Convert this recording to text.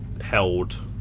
held